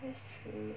that's true